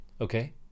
Okay